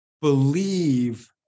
believe